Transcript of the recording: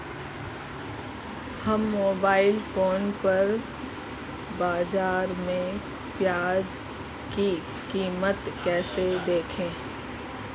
हम mobile phone पर बाज़ार में प्याज़ की कीमत कैसे देखें?